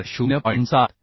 तर हे 0